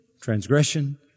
transgression